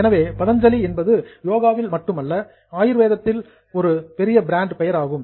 எனவே பதஞ்சலி என்பது யோகாவில் மட்டுமல்ல ஆயுர்வேதத்திலும் ஒரு பெரிய பிராண்ட் பெயர் ஆகும்